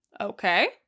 Okay